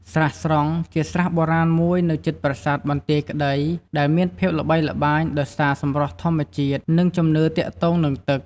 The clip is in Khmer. ស្រះស្រង់ ជាស្រះបុរាណមួយនៅជិតប្រាសាទបន្ទាយក្តី ដែលមានភាពល្បីល្បាញដោយសារសម្រស់ធម្មជាតិ និងជំនឿទាក់ទងនឹងទឹក។